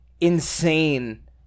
insane